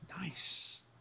nice